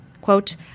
Quote